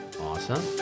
awesome